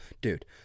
dude